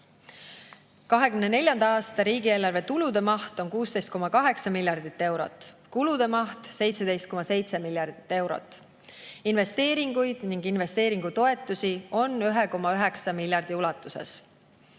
2024. aasta riigieelarve tulude maht on 16,8 miljardit eurot, kulude maht 17,7 miljardit eurot. Investeeringuid ning investeeringutoetusi on 1,9 miljardi ulatuses.